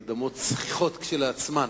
אלה אדמות צחיחות כשלעצמן.